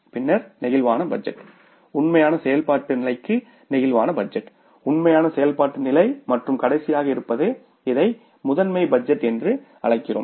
பின்னர் flexible budget உண்மையான செயல்பாட்டு நிலைக்கு பிளேக்சிபிள் பட்ஜெட் உண்மையான செயல்பாட்டு நிலை மற்றும் கடைசியாக இருப்பது இதையை மாஸ்டர் பட்ஜெட் என்று அழைக்கிறோம்